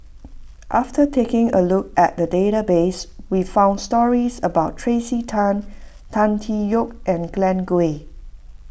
after taking a look at the database we found stories about Tracey Tan Tan Tee Yoke and Glen Goei